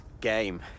game